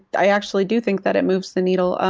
i actually do think that it moves the needle.